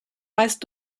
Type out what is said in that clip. meist